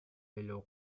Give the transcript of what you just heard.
below